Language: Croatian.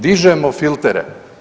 Dižemo filtere.